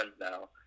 now